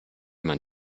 man